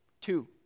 Two